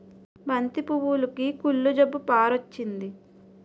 బంతి పువ్వులుకి కుళ్ళు జబ్బు పారొచ్చింది